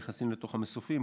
נכנסים לתוך המסופים,